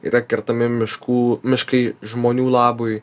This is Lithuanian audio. yra kertami miškų miškai žmonių labui